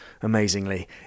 amazingly